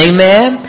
Amen